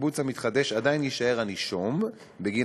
הקיבוץ המתחדש עדיין יישאר הנישום בגין